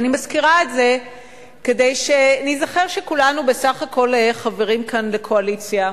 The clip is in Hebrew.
אני מזכירה את זה כדי שניזכר שכולנו בסך הכול חברים כאן בקואליציה.